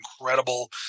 incredible